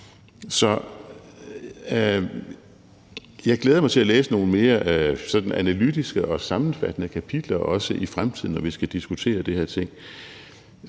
Så jeg glæder mig til at læse nogle mere sådan analytiske og sammenfattende kapitler, når vi i fremtiden skal diskutere de her ting.